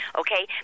okay